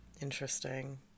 interesting